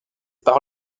par